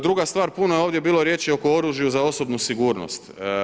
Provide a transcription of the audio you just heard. Druga stvar, puno je ovdje bilo riječi oko oružja za osobnu sigurnost.